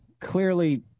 clearly